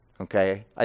okay